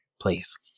please